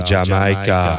Jamaica